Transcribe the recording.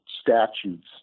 statutes